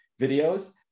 videos